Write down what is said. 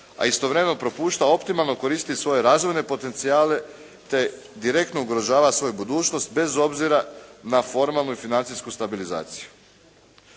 a istovremeno propušta optimalno koristiti svoje razvojne potencijale, te direktno ugrožava svoju budućnost bez obzira na formalnu i financijsku stabilizaciju.